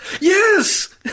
Yes